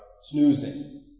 snoozing